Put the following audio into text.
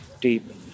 deep